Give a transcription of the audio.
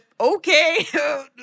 Okay